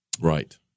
Right